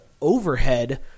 overhead